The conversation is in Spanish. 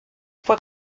fue